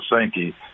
Sankey